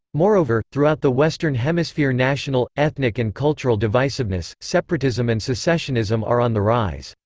moreover, throughout the western hemisphere national, ethnic and cultural divisiveness, separatism and secessionism are on the rise.